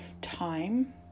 time